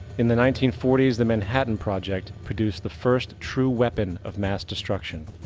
in the nineteen forty s the manhattan project produced the first true weapon of mass destruction.